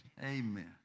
Amen